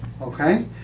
okay